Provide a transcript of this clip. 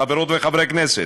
חברות וחברי כנסת,